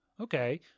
Okay